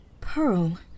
pearl